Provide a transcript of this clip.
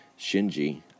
Shinji